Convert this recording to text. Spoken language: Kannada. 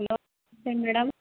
ಹಲೋ ಏನು ಮೇಡಮ್